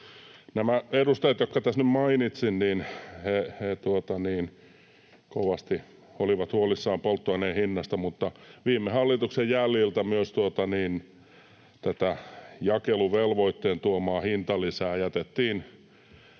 Nämä edustajat, jotka tässä nyt mainitsin, olivat kovasti huolissaan polttoaineen hinnasta, mutta viime hallituksen jäljiltä myös jakeluvelvoitteen tuoma hintalisä jätettiin